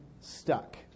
stuck